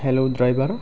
हेल' driver